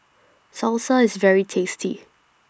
Salsa IS very tasty